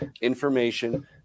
information